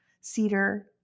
cedar